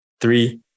three